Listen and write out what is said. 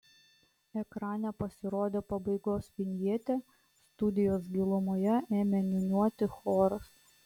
ekrane pasirodė pabaigos vinjetė studijos gilumoje ėmė niūniuoti choras